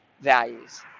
values